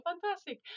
fantastic